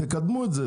תקדמו את זה.